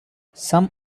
some